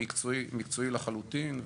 מקצועי לחלוטין.